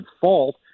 fault